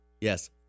Yes